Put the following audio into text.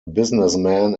businessman